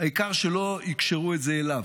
העיקר שלא יקשרו את זה אליו.